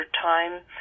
time